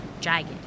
jagged